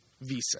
visa